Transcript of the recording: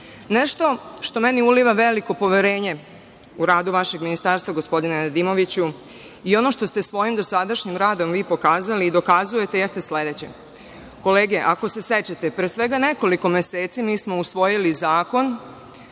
što meni uliva veliko poverenje u radu vašeg Ministarstva, gospodine Nedimoviću, i ono što ste svojim dosadašnjim radom vi pokazali i dokazujete, jeste sledeće. Kolege, ako se sećate, pre svega nekoliko meseci mi smo usvojili zakon,